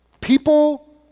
people